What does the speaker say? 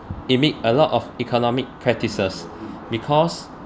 it makes a lot of economic practices because